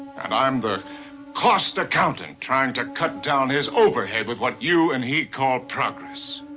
and i'm the cost accountant trying to cut down his overhead with what you and he call progress!